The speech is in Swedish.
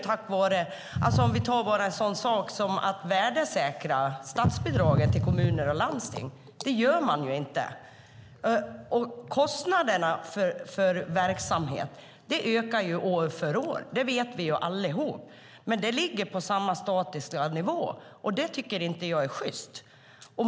Ta bara en sådan sak som att värdesäkra statsbidraget till kommuner och landsting. Det gör man ju inte. Kostnaderna för verksamheten ökar år för år, det vet vi allihop, men bidraget ligger på samma statiska nivå. Det tycker jag inte är sjyst.